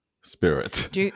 spirit